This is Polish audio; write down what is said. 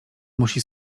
musi